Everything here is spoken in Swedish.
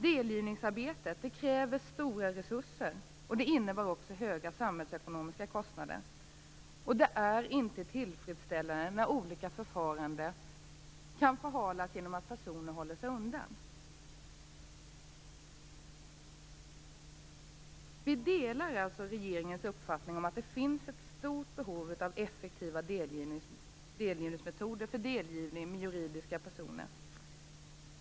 Delgivningsarbetet kräver stora resurser, och det innebär också höga samhällsekonomiska kostnader. Det är inte heller tillfredsställande när olika förfaranden kan förhalas genom att personer håller sig undan. Vi delade alltså regeringens uppfattning att det finns ett stort behov av effektiva metoder för delgivning med juridiska personer.